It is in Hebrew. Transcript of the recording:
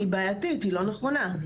היא בעייתית ולא נכונה.